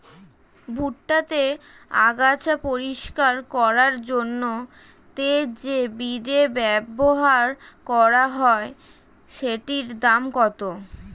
ভুট্টা তে আগাছা পরিষ্কার করার জন্য তে যে বিদে ব্যবহার করা হয় সেটির দাম কত?